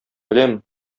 беләм